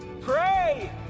Pray